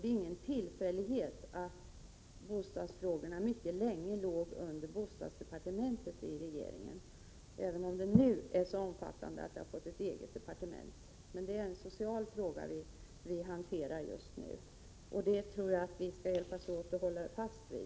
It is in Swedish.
Det är ingen tillfällighet att bostadsfrågorna mycket länge låg under socialdepartementet i regeringen, även om frågorna nu är så omfattande att de fått ett eget departement. Men det är en social fråga vi hanterar just nu, och det tycker jag att vi skall hjälpas åt att hålla fast vid.